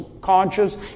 conscious